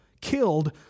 killed